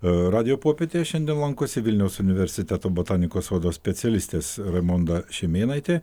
radijo popietėj šiandien lankosi vilniaus universiteto botanikos sodo specialistės raimonda šimėnaitė